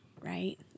right